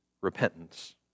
repentance